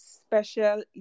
special